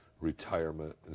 retirement